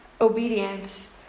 obedience